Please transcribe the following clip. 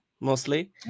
mostly